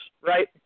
right